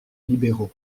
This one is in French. libéraux